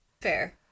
Fair